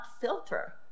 filter